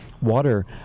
Water